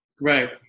Right